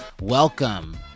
welcome